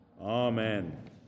Amen